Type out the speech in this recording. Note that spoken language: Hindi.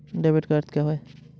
डेबिट का अर्थ क्या है?